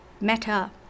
Meta